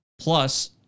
plus